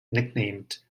nicknamed